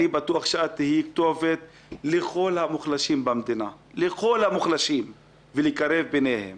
אני בטוח שאת תהווי כתובת לכל המוחלשים במדינה ותקרבי ביניהם